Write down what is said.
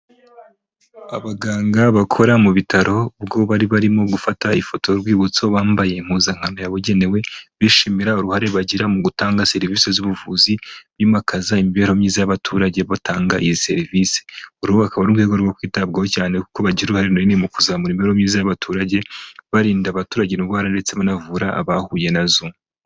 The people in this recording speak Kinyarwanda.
Abaganga bakora mu bitaro ubwo bari barimo gufata ifoto y'urwibutso bambaye impuzankano yabugenewe bishimira uruhare bagira mu gutanga serivise z'ubuvuzi bimakaza imibereho myiza y'abaturage batanga iyi serivise, uru akaba ari urwego rwo kwitabwaho cyane kuko bagira uruhare runini mu kuzamura imibereho myiza y'abaturage barinda abaturage indwara ndetse banavura abahuye na zo.